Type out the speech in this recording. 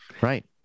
Right